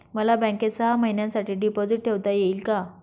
मला बँकेत सहा महिन्यांसाठी डिपॉझिट ठेवता येईल का?